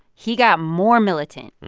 he got more militant.